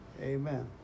amen